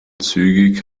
zügig